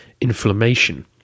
inflammation